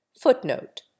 Footnote